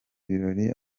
birori